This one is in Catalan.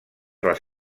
les